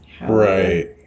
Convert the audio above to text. right